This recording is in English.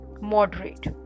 moderate